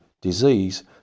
disease